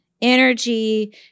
energy